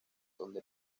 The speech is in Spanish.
donde